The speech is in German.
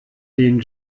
den